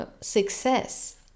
success